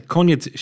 Koniec